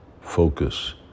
focus